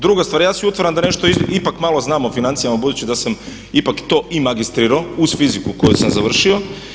Druga stvar, ja si utvaram da nešto ipak malo znam o financijama budući da sam ipak to i magistrirao uz fiziku koju sam završio.